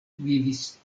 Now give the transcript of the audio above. vivis